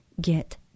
get